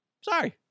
Sorry